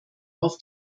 auf